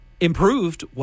improved